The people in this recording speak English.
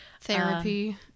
therapy